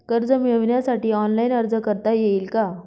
कर्ज मिळविण्यासाठी ऑनलाइन अर्ज करता येईल का?